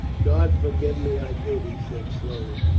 god forgive me, i did, he said slowly.